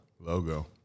Logo